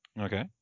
Okay